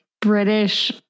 British